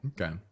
Okay